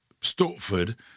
Stortford